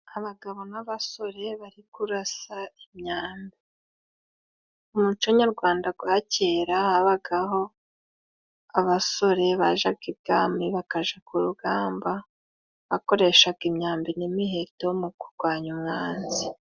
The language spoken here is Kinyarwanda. Abagabo n'abasore bari kurasa imyambi. Mu muco nyarwanda gwa kera, habagaho abasore bajaga ibwami bakaja ku rugamba, bakoreshaga imyambi n'imiheto mu kugwanya umwanzi.